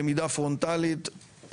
למידה פרונטלית,